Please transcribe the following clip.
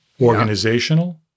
organizational